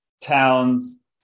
Towns